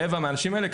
רבע מהאנשים האלה,